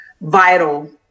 vital